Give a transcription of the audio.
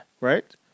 Right